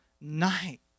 night